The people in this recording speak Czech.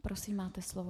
Prosím, máte slovo.